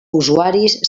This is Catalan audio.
usuaris